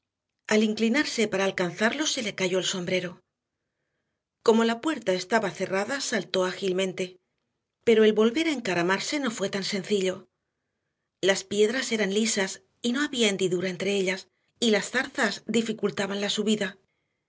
al inclinarse para alcanzarlos se le cayó el sombrero como la puerta estaba cerrada saltó ágilmente pero el volver a encaramarse no fue tan sencillo las piedras eran lisas y no había hendidura entre ellas y las zarzas dificultaban la subida